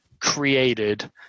created